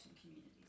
communities